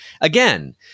again